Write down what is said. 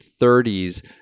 30s